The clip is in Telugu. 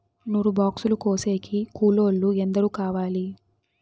నూరు బాక్సులు కోసేకి కూలోల్లు ఎందరు కావాలి?